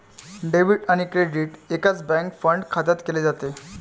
debit आणि credit एकाच bank fund खात्यात केले जाते